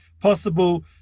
possible